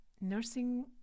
nursing